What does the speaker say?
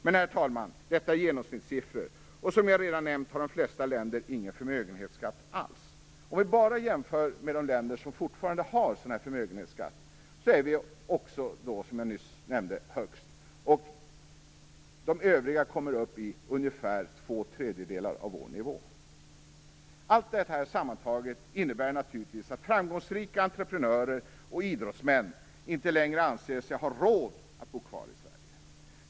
Men, herr talman, detta är genomsnittssiffror. Som jag redan nämnt har de allra flesta länder ingen förmögenhetsskatt alls. Även om vi bara jämför med de länder som fortfarande har förmögenhetsskatt ligger vi högst. De övriga kommer upp i ungefär två tredjedelar av vår nivå. Detta sammantaget innebär naturligtvis att framgångsrika entreprenörer och idrottsmän inte längre anser sig ha råd att bo kvar i Sverige.